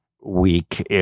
week